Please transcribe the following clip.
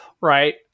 right